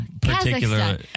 particular